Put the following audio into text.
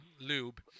lube